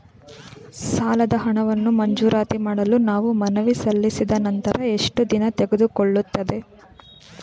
ಸಾಲದ ಹಣವನ್ನು ಮಂಜೂರಾತಿ ಮಾಡಲು ನಾವು ಮನವಿ ಸಲ್ಲಿಸಿದ ನಂತರ ಎಷ್ಟು ದಿನ ತೆಗೆದುಕೊಳ್ಳುತ್ತದೆ?